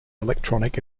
electronic